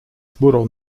chmurą